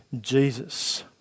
Jesus